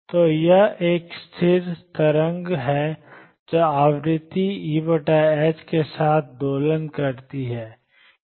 तो यह एक स्थिर तरंग है जो आवृत्ति E के साथ दोलन करती है